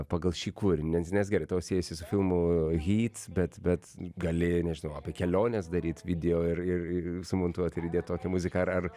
pagal šį kūrinį nes nes gerai tau siejasi su filmų hyt bet bet gali nežinau apie keliones daryt video ir ir ir sumontuot ir įdėt tokią muziką ar ar